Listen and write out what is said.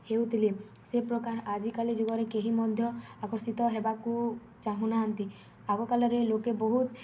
ହେଉଥିଲେ ସେ ପ୍ରକାର ଆଜିକାଲି ଯୁଗରେ କେହି ମଧ୍ୟ ଆକର୍ଷିତ ହେବାକୁ ଚାହୁଁନାହାନ୍ତି ଆଗକାଳରେ ଲୋକେ ବହୁତ